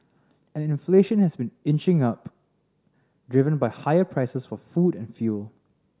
and inflation has been inching up driven by higher prices for food and fuel